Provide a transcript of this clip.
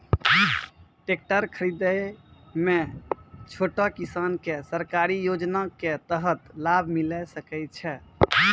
Tractor खरीदै मे छोटो किसान के सरकारी योजना के तहत लाभ मिलै सकै छै?